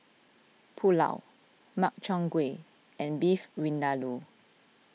Pulao Makchang Gui and Beef Vindaloo